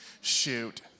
Shoot